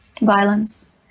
violence